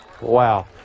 Wow